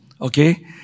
Okay